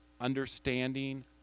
understanding